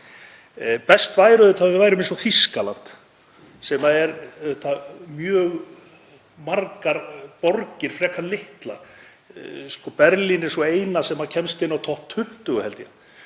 Best væri auðvitað að við værum eins og Þýskaland, sem er auðvitað mjög margar borgir, frekar litlar. Berlín er sú eina sem kemst inn á topp 20, held ég,